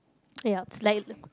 yup slight